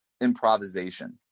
improvisation